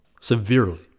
severely